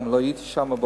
לא הייתי שם היום,